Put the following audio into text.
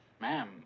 Ma'am